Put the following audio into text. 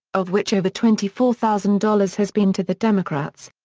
of which over twenty four thousand dollars has been to the democrats.